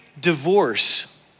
divorce